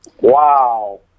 Wow